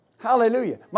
Hallelujah